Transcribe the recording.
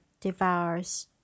devours